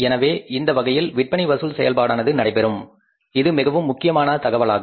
எனவே இந்த வகையில் விற்பனை வசூல் செயல்பாடானது நடைபெறும் இது மிகவும் முக்கியமான தகவலாகும்